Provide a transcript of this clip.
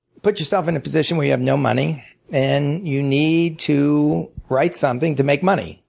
put yourself in a position where you have no money and you need to write something to make money,